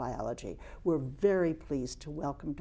biology we're very pleased to welcome